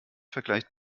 vergleicht